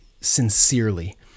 sincerely